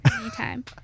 anytime